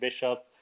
Bishop